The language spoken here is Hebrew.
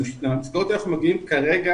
למסגרות האלה אנחנו מגיעים כרגע,